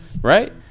right